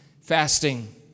fasting